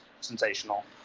sensational